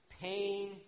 pain